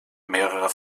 mehrerer